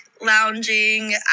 lounging